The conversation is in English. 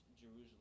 Jerusalem